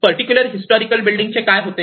particular historical building चे काय होते